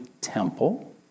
temple